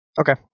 Okay